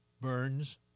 burns